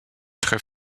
très